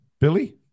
Billy